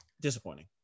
Disappointing